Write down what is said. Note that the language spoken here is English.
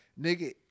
nigga